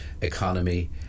economy